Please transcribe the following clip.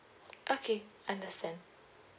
okay understand